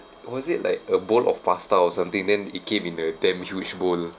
was it like a bowl of pasta or something then it came in the damn huge bowl